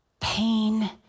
pain